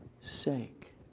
sake